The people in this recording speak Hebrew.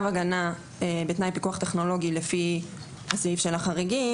הגנה בתנאי פיקוח טכנולוגי לפי הסעיף של החריגים,